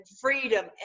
freedom